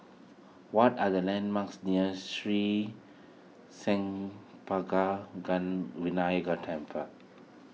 what are the landmarks near Sri Senpaga Vinayagar Temple